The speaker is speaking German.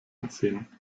ansehen